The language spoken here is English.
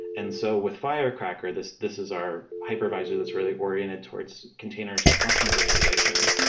and so with firecracker, this this is our hypervisor that's really oriented towards containers and function virtualization,